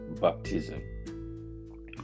baptism